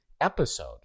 episode